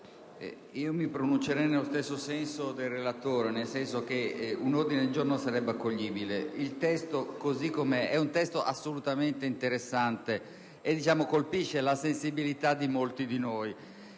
mi pronuncerei nello stesso senso del relatore, vale a dire che un ordine del giorno sarebbe accoglibile. Il testo, così com'è, è assolutamente interessante e colpisce la sensibilità di molti di noi;